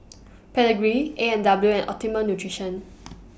Pedigree A and W and Optimum Nutrition